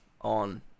on